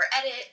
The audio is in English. edit